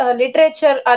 literature